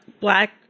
black